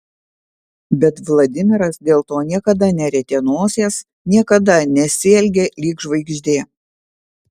bet vladimiras dėl to niekada nerietė nosies niekada nesielgė lyg žvaigždė